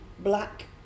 Black